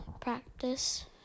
practice